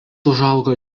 užaugo